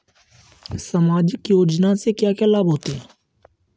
सामाजिक योजना से क्या क्या लाभ होते हैं?